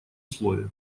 слове